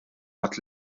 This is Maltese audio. għad